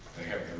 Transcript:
they have